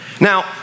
Now